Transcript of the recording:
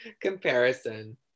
comparison